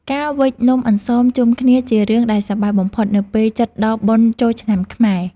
ការវេចនំអន្សមជុំគ្នាជារឿងដែលសប្បាយបំផុតនៅពេលជិតដល់បុណ្យចូលឆ្នាំខ្មែរ។